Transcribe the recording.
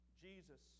Jesus